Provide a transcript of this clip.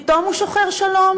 פתאום הוא שוחר שלום,